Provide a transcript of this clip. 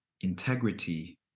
integrity